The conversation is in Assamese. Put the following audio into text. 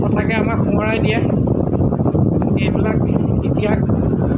কথাকে আমাক সোঁৱৰাই দিয়ে আমি এইবিলাক ইতিহাস